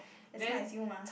as smart as you mah